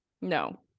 no